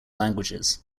languages